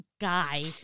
guy